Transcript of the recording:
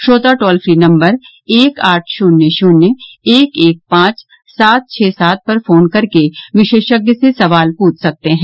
श्रोता toll free number एक आठ शून्य शून्य एक एक पांच सात छः सात पर फोन करके विशेषज्ञ से सवाल पूछ सकते हैं